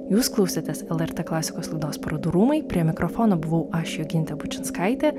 jūs klausėtės lrt klasikos laidos parodų rūmai prie mikrofono buvau aš jogintė bučinskaitė